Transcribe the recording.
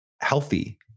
healthy